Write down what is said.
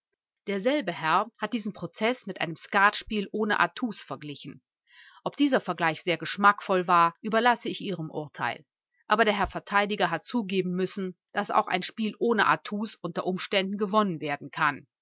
derselbe herr hat diesen prozeß mit einem skatspiel ohne atouts verglichen ob dieser vergleich sehr geschmackvoll war überlasse ich ihrem urteil aber der herr verteidiger hat zugeben müssen daß auch ein spiel ohne atouts unter umständen gewonnen werden kann